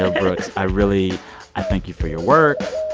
ah brooks, i really i thank you for your work.